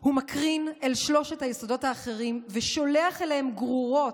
הוא מקרין אל שלושת היסודות האחרים ושולח אליהם גרורות.